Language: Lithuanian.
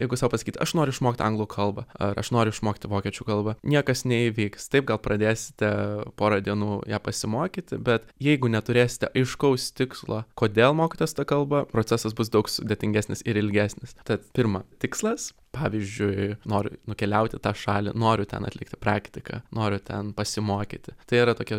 jeigu sau pasakyt aš noriu išmokti anglų kalbą ar aš noriu išmokti vokiečių kalbą niekas neįvyks taip gal pradėsite porą dienų ją pasimokyti bet jeigu neturėsite aiškaus tikslo kodėl mokotės tą kalbą procesas bus daug sudėtingesnis ir ilgesnis tad pirma tikslas pavyzdžiui noriu nukeliaut į tą šalį noriu ten atlikti praktiką noriu ten pasimokyti tai yra tokie